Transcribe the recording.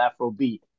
Afrobeat